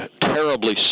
terribly